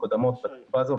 שמקודמות בתקופה הזאת,